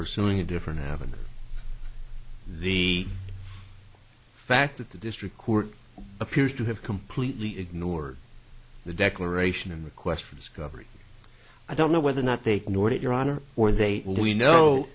pursuing a different avenue the fact that the district court appears to have completely ignored the declaration of a request for discovery i don't know whether or not they can order it your honor or they we know